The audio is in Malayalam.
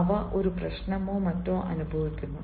അവ ഒരു പ്രശ്നമോ മറ്റോ അനുഭവിക്കുന്നു